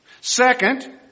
Second